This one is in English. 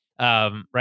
Right